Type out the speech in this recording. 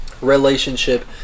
Relationship